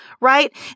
right